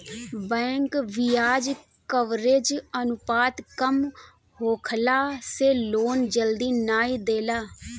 bank बियाज coverage अनुपात कम होखला से लोन जल्दी नाइ देला